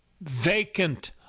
vacant